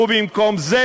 ובמקום זה,